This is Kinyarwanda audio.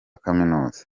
kaminuza